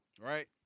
right